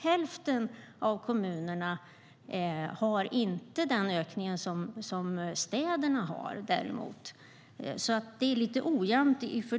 Hälften av kommunerna har däremot inte den ökning som städerna har, så fördelningen är lite ojämn.